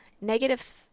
negative